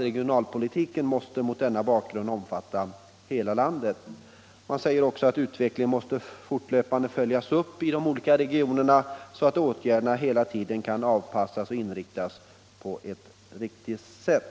——-— Regionalpolitiken måste mot denna bakgrund omfatta hela landet.” Vidare säger utredningen att utvecklingen fortlöpande måste följas upp i de olika regionerna, så att åtgärderna hela tiden kan avpassas och inriktas på ett riktigt sätt.